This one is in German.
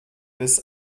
bis